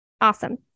Awesome